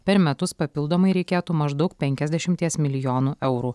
per metus papildomai reikėtų maždaug penkiasdešimties milijonų eurų